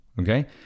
Okay